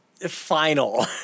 final